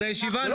הישיבה